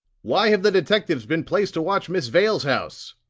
why have the detectives been placed to watch miss vale's house?